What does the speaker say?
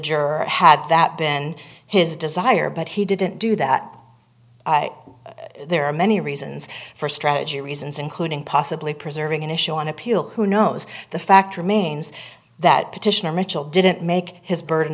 jurors had that been his desire but he didn't do that there are many reasons for strategy reasons including possibly preserving an issue on appeal who knows the fact remains that petitioner mitchell didn't make his burden